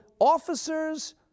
officers